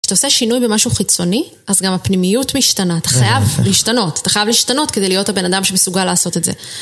כשאתה עושה שינוי במשהו חיצוני, אז גם הפנימיות משתנה. אתה חייב להשתנות. אתה חייב להשתנות כדי להיות הבן אדם שמסוגל לעשות את זה.